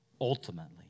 ultimately